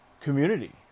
community